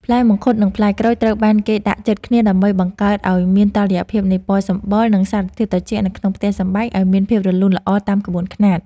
ផ្លែមង្ឃុតនិងផ្លែក្រូចត្រូវបានគេដាក់ជិតគ្នាដើម្បីបង្កើតឱ្យមានតុល្យភាពនៃពណ៌សម្បុរ និង សារធាតុត្រជាក់នៅក្នុងផ្ទះសម្បែងឱ្យមានភាពរលូនល្អតាមក្បួនខ្នាត។